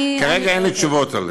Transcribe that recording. כרגע אין לי תשובות לזה.